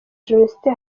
jenoside